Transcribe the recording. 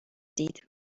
دید